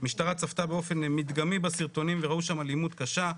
המשטרה צפתה באופן מדגמי בסרטונים וראו שם אלימות קשה.